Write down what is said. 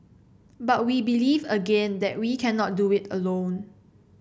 but we believe again that we cannot do it alone